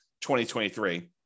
2023